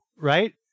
right